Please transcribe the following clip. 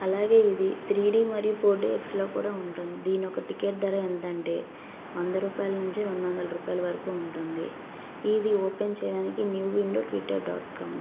అలాగే ఇవి three D మరియు ఫోర్డిఎక్స్లో కూడా ఉంటుంది దీని ఒకక టికెట్ ధర ఎంతంటే వందరూపాయల నుంచి రెండు వందల రూపాయల వరకు ఉంటుంది ఇది ఓపెన్ చేయడానికి new window twitter dot com